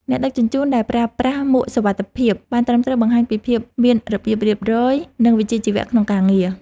អ្នកដឹកជញ្ជូនដែលប្រើប្រាស់មួកសុវត្ថិភាពបានត្រឹមត្រូវបង្ហាញពីភាពមានរបៀបរៀបរយ និងវិជ្ជាជីវៈក្នុងការងារ។